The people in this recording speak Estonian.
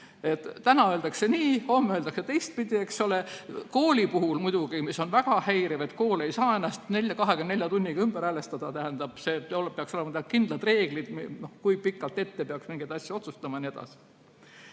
Täna öeldakse nii, homme öeldakse teistpidi, eks ole. Kooli puhul on see väga häiriv, sest kool ei saa ennast 24 tunniga ümber häälestada. Peaksid olema kindlad reeglid, kui pikalt ette peaks mingeid asju otsustama jne.